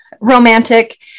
romantic